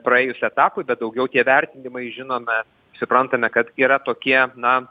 praėjus etapui bet daugiau tie vertinimai žinome suprantame kad yra tokie na